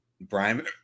Brian